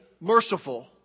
merciful